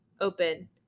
open